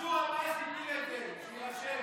מנסור עבאס הפיל את זה, שיירשם.